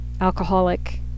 alcoholic